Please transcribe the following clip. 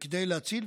כדי להציל.